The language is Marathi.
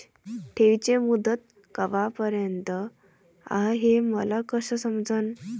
ठेवीची मुदत कवापर्यंत हाय हे मले कस समजन?